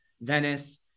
Venice